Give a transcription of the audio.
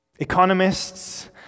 Economists